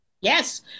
Yes